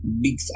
Big